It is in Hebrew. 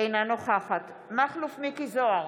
אינה נוכחת מכלוף מיקי זוהר,